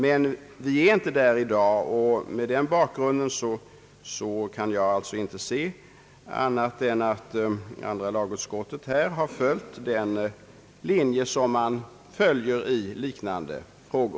Men vi vet inte i dag, vad organisationerna anser, och med den bakgrunden kan jag inte se annat än att andra lagutskottet har följt den linje som man följer i liknande fall.